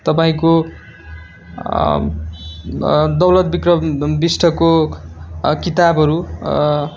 तपाईँको दौलत बिक्रम बिष्टको किताबहरू